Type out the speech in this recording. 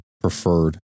preferred